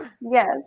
Yes